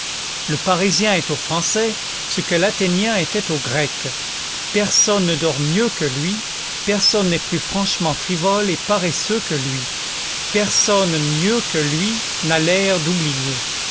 le parisien est au français ce que l'athénien était au grec personne ne dort mieux que lui personne n'est plus franchement frivole et paresseux que lui personne mieux que lui n'a l'air d'oublier